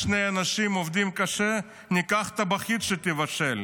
יש שני אנשים עובדים קשה, ניקח טבחית שתבשל.